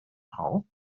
frau